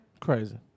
Crazy